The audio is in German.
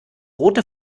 rote